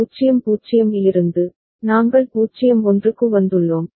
0 0 இலிருந்து நாங்கள் 0 1 க்கு வந்துள்ளோம்